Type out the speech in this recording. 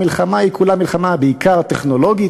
המלחמה כולה היא בעיקר מלחמה טכנולוגית,